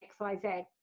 XYZ